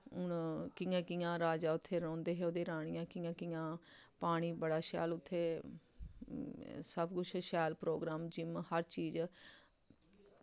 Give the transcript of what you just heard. हून कि'यां कि'यां राजा उत्थै रौंह्दे हे ओह्दी रानियां कि'यां कि'यां पानी बड़ा शैल उत्थै सब कुछ शैल प्रोग्राम जिम्म हर चीज